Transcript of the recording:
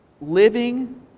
living